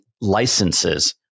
licenses